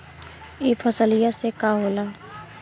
ई फसलिया से का होला?